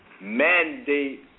mandate